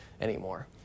anymore